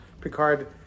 Picard